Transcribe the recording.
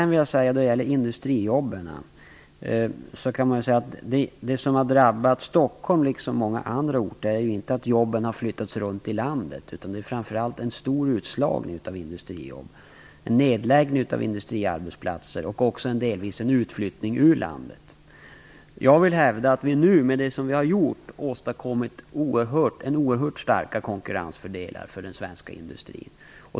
När det gäller industrijobben kan man säga att det som drabbat Stockholm liksom många andra orter är inte att jobben flyttats runt i landet, utan det är framför allt en stor utslagning av industrijobb, en nedläggning av industriarbetsplatser och också delvis en utflyttning ur landet. Jag vill hävda att vi med det som vi nu har gjort har åstadkommit oerhört starka konkurrensfördelar för den svenska industrin.